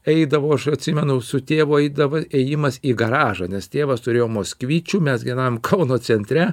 eidavau aš atsimenu su tėvu eidavo ėjimas į garažą nes tėvas turėjo moskvičių mes gyvenom kauno centre